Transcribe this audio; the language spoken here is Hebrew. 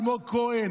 אלמוג כהן,